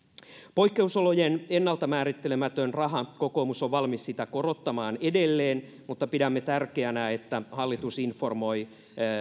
poikkeusolojen ennalta määrittelemätöntä rahaa kokoomus on valmis korottamaan edelleen mutta pidämme tärkeänä että hallitus informoi